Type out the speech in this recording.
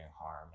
harm